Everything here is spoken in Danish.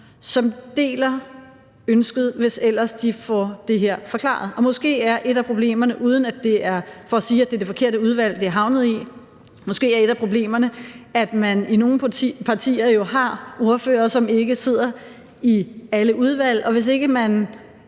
som deler ønsket, hvis ellers de får det her forklaret. Og måske er et af problemerne, uden at sige, at det er et forkert udvalg, det er havnet i, at man jo i nogle partier har ordførere, som ikke sidder i alle udvalg, og hvis man